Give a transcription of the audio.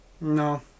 No